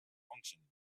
functioning